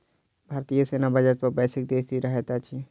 भारतीय सेना बजट पर वैश्विक दृष्टि रहैत अछि